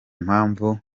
mpamvu